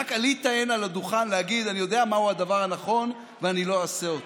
ורק עלית הנה לדוכן להגיד: אני יודע מהו הדבר הנכון ואני לא אעשה אותו.